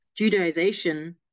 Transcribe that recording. Judaization